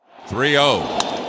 3-0